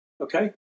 okay